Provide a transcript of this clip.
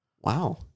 Wow